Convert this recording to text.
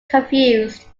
confused